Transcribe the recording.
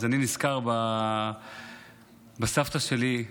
ואני נזכר בסבתא שלי,